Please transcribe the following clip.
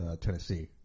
Tennessee